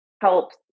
helps